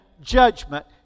judgment